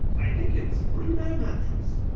i think it was a bruno mattress?